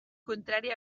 contrari